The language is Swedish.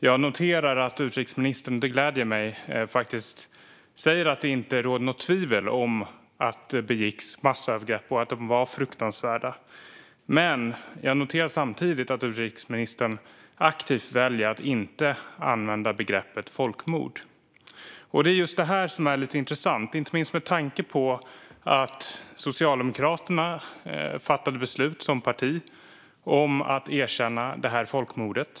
Det gläder mig att utrikesministern säger att det inte råder några tvivel om att det begicks massövergrepp och att de var fruktansvärda. Men jag noterar samtidigt att utrikesministern aktivt väljer att inte använda begreppet folkmord. Det är just det som är lite intressant, inte minst med tanke på att Socialdemokraterna som parti har fattat beslut om att erkänna det här folkmordet.